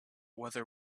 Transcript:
whether